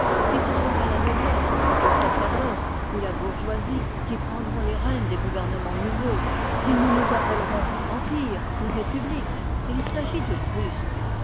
si ce sera la noblesse le sacerdoce ou la bourgeoisie qui prendront les rênes des gouvernemens nouveaux si nous nous appellerons empires ou républiques il s'agit de plus